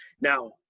Now